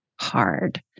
hard